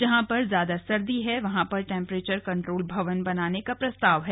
जहां पर ज्यादा सर्दी है वहां पर टेम्प्रेचर कंट्रोल भवन बनाने का प्रस्ताव है